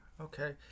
Okay